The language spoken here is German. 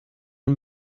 und